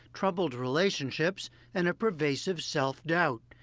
troubled relationships and a pervasive self-doubt,